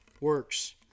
works